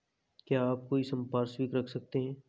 क्या आप कोई संपार्श्विक रख सकते हैं?